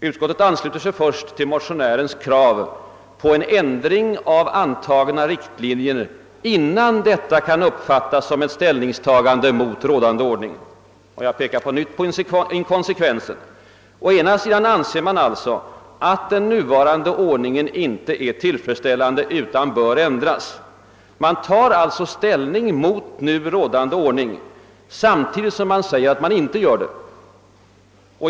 Utskottet ansluter sig först till motionärens krav på en ändring av antagna riktlinjer, innan detta kan uppfattas som ett ställningstagande mot rådande ordning. Jag pekar på nytt på inkonsekvensen. Utskottet anser att den nuvarande ord ningen inte är tillfredsställande utan bör ändras. Majoriteten tar således ställning mot nu rådande ordning samtidigt som den säger att den inte gör det.